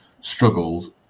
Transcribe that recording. struggles